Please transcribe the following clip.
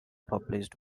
published